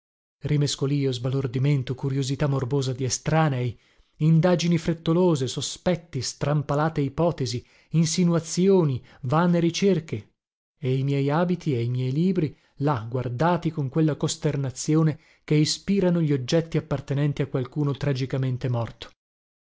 rimescolìo sbalordimento curiosità morbosa di estranei indagini frettolose sospetti strampalate ipotesi insinuazioni vane ricerche e i miei abiti e i miei libri là guardati con quella costernazione che ispirano gli oggetti appartenenti a qualcuno tragicamente morto